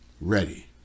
ready